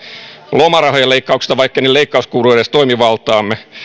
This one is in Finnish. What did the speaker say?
lomarahojen leikkauksesta vaikkei niiden leikkaus edes kuulu toimivaltaamme